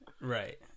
Right